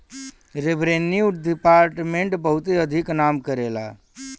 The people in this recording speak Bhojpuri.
रेव्रेन्यू दिपार्ट्मेंट बहुते अधिक नाम करेला